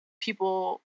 people